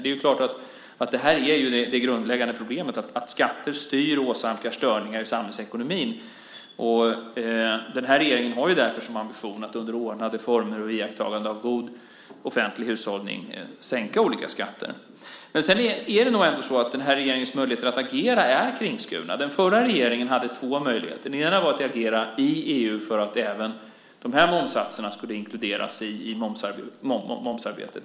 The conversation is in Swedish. Det är klart att det här ger det grundläggande problemet, att skatter styr och åsamkar störningar i samhällsekonomin. Regeringen har därför som ambition att under ordnade former och under iakttagande av god offentlig hushållning sänka olika skatter. Men sedan är det nog ändå så att regeringens möjligheter att agera är kringskurna. Den förra regeringen hade två möjligheter. Den ena var att agera i EU för att även de här momssatserna skulle inkluderas i momsarbetet.